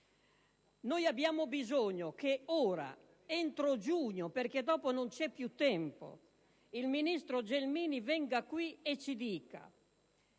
Abbiamo bisogno che ora, entro giugno - perché dopo non c'è più tempo - il ministro Gelmini venga qui e ci dica